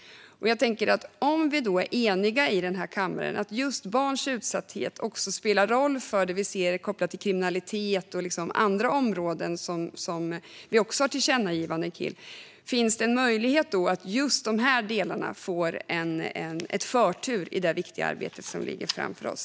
Om vi är eniga i den här kammaren om att just barns utsatthet spelar en särskild roll för det vi ser kopplat till kriminalitet och andra områden som vi också har tillkännagivanden kring, finns det då en möjlighet till att just de här delarna får förtur i det viktiga arbete som ligger framför oss?